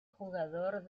jugador